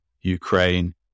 ukraine